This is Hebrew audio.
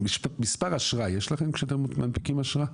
מספר אשרה יש לכם כשאתם מנפיקים אשרה?